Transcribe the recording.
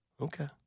Okay